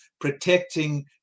protecting